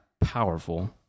powerful